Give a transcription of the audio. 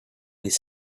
his